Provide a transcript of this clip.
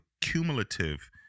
cumulative